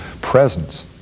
presence